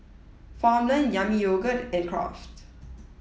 Farmland Yami Yogurt and Kraft